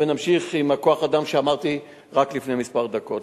ונמשיך עם כוח-האדם שאמרתי רק לפני דקות מספר.